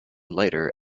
lighter